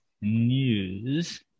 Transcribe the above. news